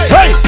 Hey